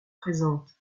présentes